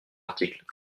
article